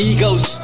Egos